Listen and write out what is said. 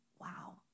wow